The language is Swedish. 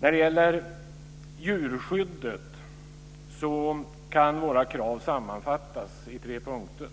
När det gäller djurskyddet kan våra krav sammanfattas i tre punkter: